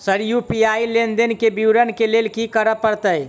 Sir UPI लेनदेन केँ विवरण केँ लेल की करऽ परतै?